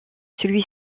celui